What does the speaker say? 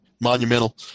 monumental